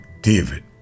David